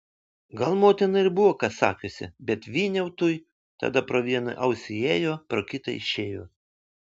gal motina ir buvo ką sakiusi bet vyniautui tada pro vieną ausį įėjo pro kitą išėjo